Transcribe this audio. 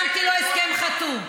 שמתי לו הסכם חתום.